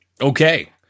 Okay